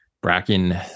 Bracken